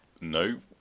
no